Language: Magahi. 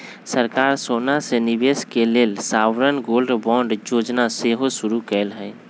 सरकार सोना में निवेश के लेल सॉवरेन गोल्ड बांड जोजना सेहो शुरु कयले हइ